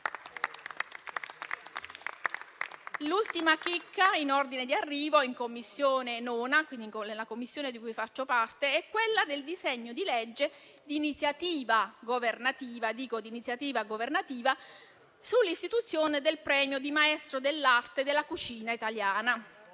L'ultima chicca in ordine di arrivo in 9a Commissione, quindi nella Commissione di cui faccio parte, è il disegno di legge di iniziativa governativa sull'istituzione del premio di maestro dell'arte della cucina italiana